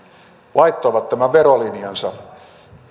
laittoivat tämän verolinjansa